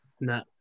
No